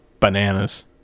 bananas